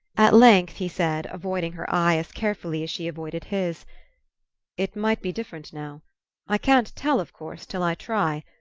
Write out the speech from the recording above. at length he said, avoiding her eye as carefully as she avoided his it might be different now i can't tell, of course, till i try.